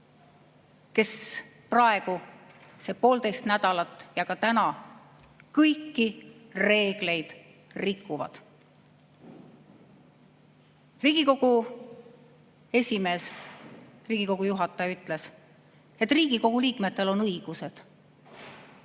kes praegu, see poolteist nädalat ja ka täna on kõiki reegleid rikkunud. Riigikogu esimees, Riigikogu [istungi] juhataja ütles, et Riigikogu liikmetel on õigused.